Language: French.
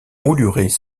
moulurés